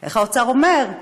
איך האוצר אומר?